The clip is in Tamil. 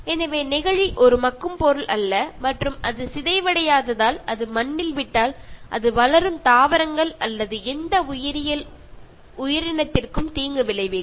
எனவே நெகிழி ஒரு மக்கும் பொருள் அல்ல மற்றும் அது சிதைவடையாததால் அதை மண்ணில் விட்டால் அது வளரும் தாவரங்கள் அல்லது எந்த உயிரியல் உயிரினத்திற்கும் தீங்கு விளைவிக்கும்